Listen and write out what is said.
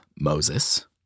Moses